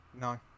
No